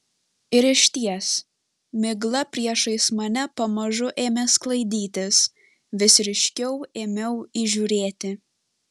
ir išties migla priešais mane pamažu ėmė sklaidytis vis ryškiau ėmiau įžiūrėti